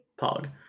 Pog